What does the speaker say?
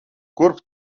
kurp